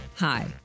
Hi